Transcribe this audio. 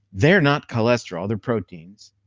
they're not cholesterol they're proteins.